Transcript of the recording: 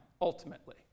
ultimately